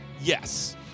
Yes